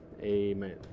Amen